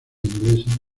inglesa